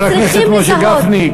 חבר הכנסת משה גפני,